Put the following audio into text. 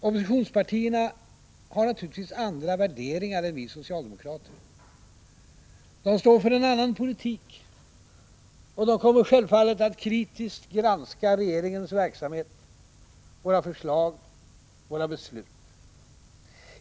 Oppositionspartierna har naturligtvis andra värderingar än vi socialdemokrater. De står för en annan politik, och de kommer självfallet att kritiskt granska regeringens verksamhet, våra förslag och beslut.